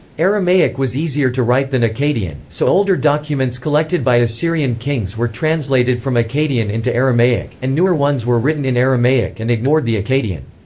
aramaic was easier to write than akkadian, so older documents collected by assyrian kings were translated from akkadian into aramaic, and newer ones were written in aramaic and ignored the akkadian.